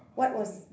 what was